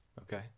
Okay